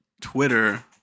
Twitter